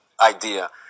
idea